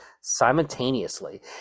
simultaneously